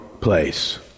place